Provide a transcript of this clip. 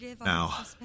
Now